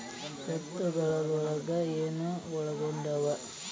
ಸ್ವತ್ತುಗಲೊಳಗ ಏನು ಒಳಗೊಂಡಾವ?